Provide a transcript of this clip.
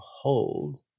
hold